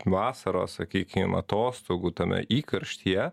vasaros sakykim atostogų tame įkarštyje